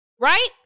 right